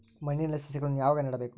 ಮಣ್ಣಿನಲ್ಲಿ ಸಸಿಗಳನ್ನು ಯಾವಾಗ ನೆಡಬೇಕು?